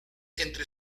entre